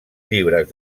llibres